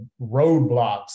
roadblocks